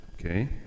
Okay